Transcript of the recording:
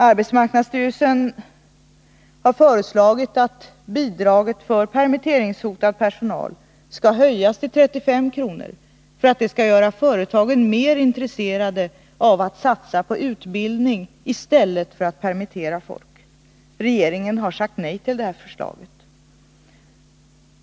Arbetsmarknadsstyrelsen har föreslagit att bidraget för permitteringshotad personal skall höjas till 35 kr., för att göra företagen mer intresserade av att satsa på utbildning i stället för att permittera folk. Regeringen har sagt nej till det förslaget.